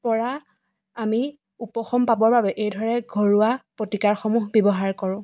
পৰা আমি উপশম পাবৰ বাবে এইদৰে ঘৰুৱা প্ৰতিকাৰসমূহ ব্যৱহাৰ কৰোঁ